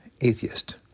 atheist